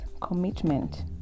commitment